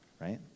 right